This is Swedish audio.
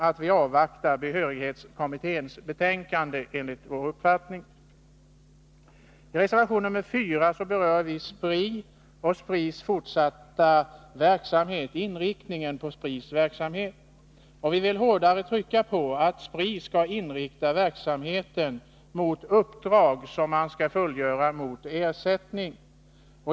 Ett sådant klart uttalande kan enligt vår uppfattning göras utan att vi avvaktar behörighets I reservation 4 berörs inriktningen av Spris fortsatta verksamhet. Vi vill hårdare trycka på att Spri skall inrikta verksamheten mot uppdrag som man skall fullgöra mot ersättning.